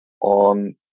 on